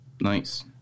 Nice